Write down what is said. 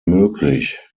möglich